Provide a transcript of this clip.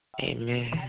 Amen